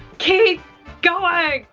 keep going!